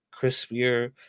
crispier